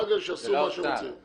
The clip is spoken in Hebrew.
אחר כך שיעשו מה שהם רוצים.